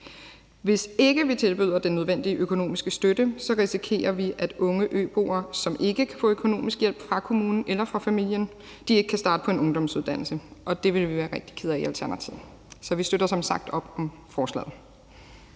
Hvis ikke vi tilbyder den nødvendige økonomiske støtte, risikerer vi, at unge øboere, som ikke kan få økonomisk hjælp fra kommunen eller fra familien, ikke kan starte på en ungdomsuddannelse, og det ville vi være rigtig kede af i Alternativet. Så vi støtter som sagt op om forslaget.